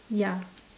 ya